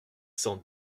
cent